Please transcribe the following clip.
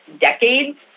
decades